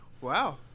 wow